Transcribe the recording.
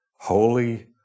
holy